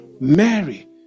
mary